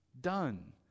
done